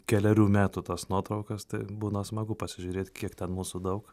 kelerių metų tas nuotraukas tai būna smagu pasižiūrėt kiek ten mūsų daug